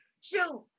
shoot